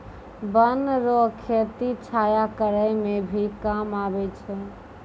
वन रो खेती छाया करै मे भी काम आबै छै